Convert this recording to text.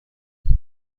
برو